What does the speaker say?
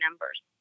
numbers